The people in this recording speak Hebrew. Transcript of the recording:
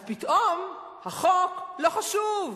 אז פתאום החוק לא חשוב,